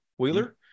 Wheeler